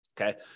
Okay